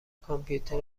کامپیوتر